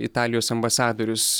italijos ambasadorius